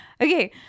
Okay